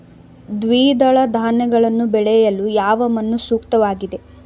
ದ್ವಿದಳ ಧಾನ್ಯಗಳನ್ನು ಬೆಳೆಯಲು ಯಾವ ಮಣ್ಣು ಸೂಕ್ತವಾಗಿದೆ?